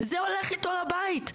זה הולך איתו הביתה,